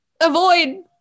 Avoid